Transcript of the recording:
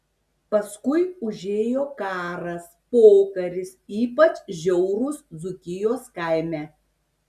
paskui užėjo karas pokaris ypač žiaurūs dzūkijos kaime